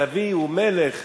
סבי הוא מלך,